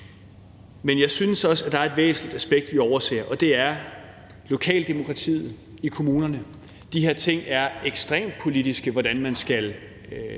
Men jeg synes også, at der er et væsentligt aspekt, vi overser, og det er lokaldemokratiet i kommunerne. De her ting er ekstremt politiske, altså hvordan man skal